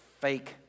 fake